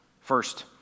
First